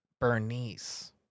Bernice